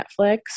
Netflix